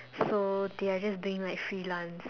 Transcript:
so their just being like freelance